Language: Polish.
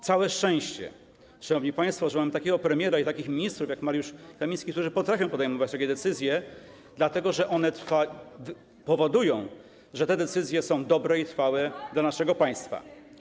Całe szczęście, szanowni państwo, że mamy takiego premiera i takich ministrów jak Mariusz Kamiński, którzy potrafią podejmować takie decyzje, dlatego że te decyzje są dobre i trwałe dla naszego państwa.